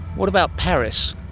what about paris?